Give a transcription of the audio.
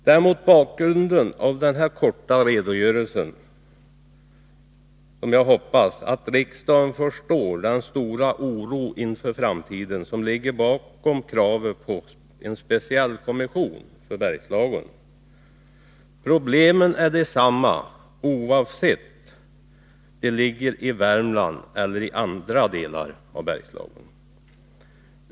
Det är mot bakgrund av denna korta redogörelse som jag hoppas att riksdagen förstår den stora oro inför framtiden som ligger bakom kravet på en speciell kommission för Bergslagen. Problemen är desamma, oavsett om orterna ligger i Värmland eller i andra delar av Bergslagen.